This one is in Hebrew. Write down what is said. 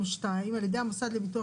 תפני למדינה שתיתן את הנתונים